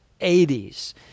80s